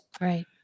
Right